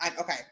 okay